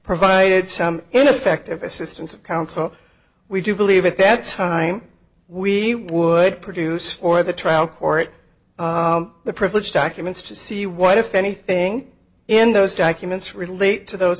provided some ineffective assistance of counsel we do believe that that's time we would produce for the trial court the privilege documents to see what if anything in those documents relate to those